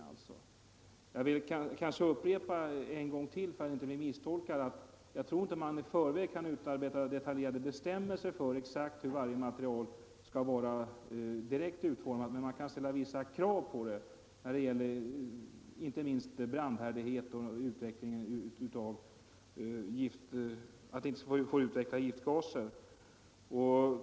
För att inte bli misstolkad vill jag upprepa att jag inte tror att man i förväg kan utarbeta detaljerade bestämmelser för hur varje material exakt skall vara utformat. Men man kan ställa vissa krav på det, inte minst att det skall vara brandhärdigt och att det inte skall få utveckla giftgaser.